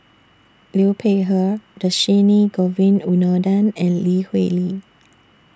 Liu Peihe Dhershini Govin Winodan and Lee Hui Li